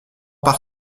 par